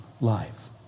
life